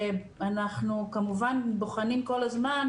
שאנחנו כמובן בוחנים כל הזמן,